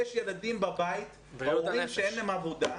יש ילדים בבית והורים שאין להם עבודה.